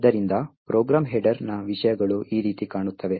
ಆದ್ದರಿಂದ ಪ್ರೋಗ್ರಾಂ ಹೆಡರ್ನ ವಿಷಯಗಳು ಈ ರೀತಿ ಕಾಣುತ್ತವೆ